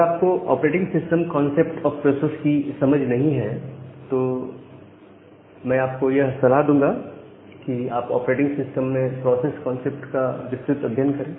अगर आपको operating system concept of processes की समझ नहीं है तो मैं आपको यह सलाह दूंगा कि आप ऑपरेटिंग सिस्टम में प्रोसेस कंसेप्ट का विस्तृत अध्ययन करें